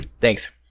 thanks